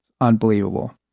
Unbelievable